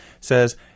Says